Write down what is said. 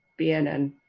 BNN